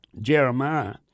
Jeremiah